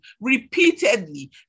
repeatedly